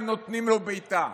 הם נותנים לו בעיטה,